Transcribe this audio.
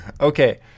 Okay